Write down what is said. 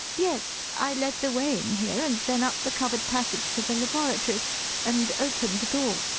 yes. i led the way in here and then up the covered passage to the laboratory and opened the door.